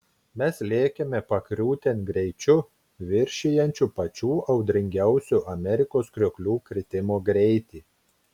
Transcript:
mes lėkėme pakriūtėn greičiu viršijančiu pačių audringiausių amerikos krioklių kritimo greitį